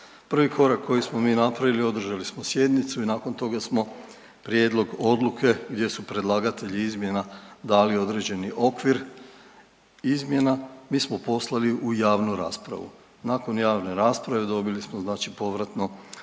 Prvi korak koji smo mi napravili održali smo sjednicu i nakon toga smo prijedlog odluke gdje su predlagatelji izmjena dali određeni okvir izmjena, mi smo poslali u javnu raspravu. Nakon javne rasprave dobili smo povratno